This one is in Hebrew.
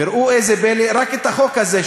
וראו איזה פלא: רק החוק הזה,